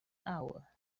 hour